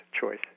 choice